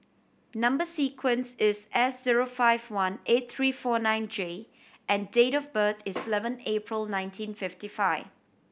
number sequence is S zero five one eight three four nine J and date of birth is eleven April nineteen fifty five